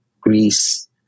Greece